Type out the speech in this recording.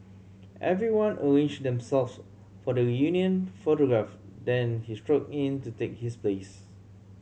everyone arranged themselves for the reunion photograph then he strode in to take his place